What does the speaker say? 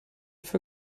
für